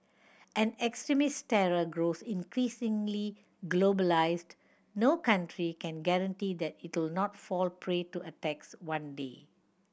an extremist terror grows increasingly globalised no country can guarantee that it'll not fall prey to attacks one day